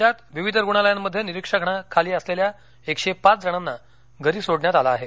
राज्यात विविध रुग्णालयांमध्ये निरीक्षणाखाली असलेल्याएकशे पाच जणांना घरी सोडण्यात आलं आहे